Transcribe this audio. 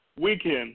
weekend